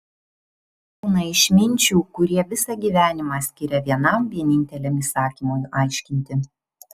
būna išminčių kurie visą gyvenimą skiria vienam vieninteliam įsakymui aiškinti